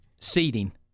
Seeding